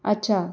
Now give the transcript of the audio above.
अच्छा